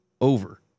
over